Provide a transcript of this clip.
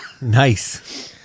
Nice